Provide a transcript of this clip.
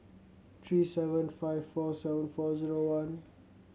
three seven five four seven four zero one